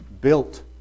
built